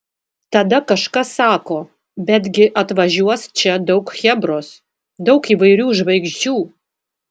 tada kažkas sako bet gi atvažiuos čia daug chebros daug įvairių žvaigždžių